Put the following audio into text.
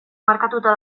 markatuta